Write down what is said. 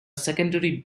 secondary